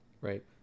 Right